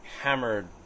hammered